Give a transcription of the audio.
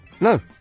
No